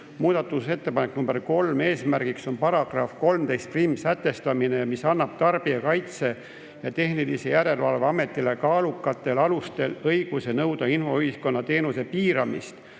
Muudatusettepaneku nr 3 eesmärk on § 131sätestamine, mis annab Tarbijakaitse ja Tehnilise Järelevalve Ametile kaalukatel alustel õiguse nõuda infoühiskonna teenuse piiramist,